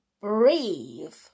breathe